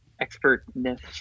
Expertness